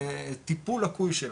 זה טיפול לקוי שלנו,